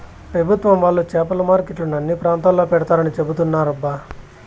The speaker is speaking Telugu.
పెభుత్వం వాళ్ళు చేపల మార్కెట్లను అన్ని ప్రాంతాల్లో పెడతారని చెబుతున్నారబ్బా